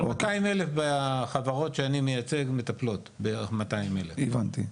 אבל 200,000 בחברות שאני מייצג מטפלות בערך 200,000. הבנתי.